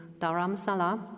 Dharamsala